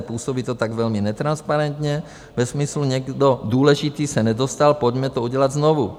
Působí to tak velmi netransparentně ve smyslu někdo důležitý se nedostal, pojďme to udělat znovu.